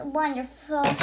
wonderful